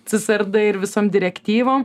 csrd ir visom direktyvom